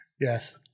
Yes